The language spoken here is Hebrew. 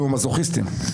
אנחנו מזוכיסטים...